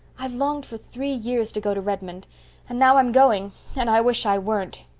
i've longed for three years to go to redmond and now i'm going and i wish i weren't!